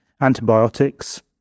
antibiotics